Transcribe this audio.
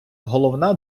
головна